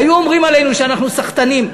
היו אומרים עלינו שאנחנו סחטנים.